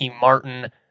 Martin